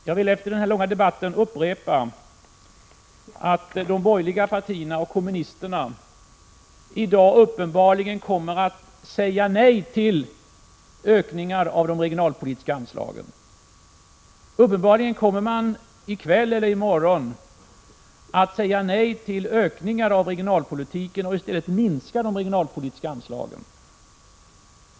Jag vill efter den här långa debatten upprepa att de borgerliga partierna och kommunisterna i dag eller i morgon uppenbarligen kommer att säga nej till ökningar som gäller regionalpolitiken och i stället minska de regionalpolitiska anslagen.